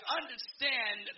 understand